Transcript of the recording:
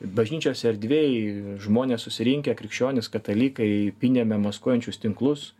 bažnyčios erdvėj žmonės susirinkę krikščionys katalikai pynėme maskuojančius tinklus